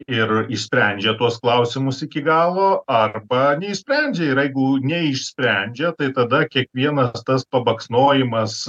ir išsprendžia tuos klausimus iki galo arba neišsprendžia ir eigų neišsprendžia tai tada kiekvienas tas pabaksnojimas